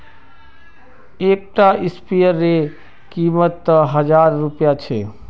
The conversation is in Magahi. एक टा स्पीयर रे कीमत त हजार रुपया छे